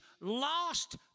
lost